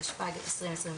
התשפ"ג-2023".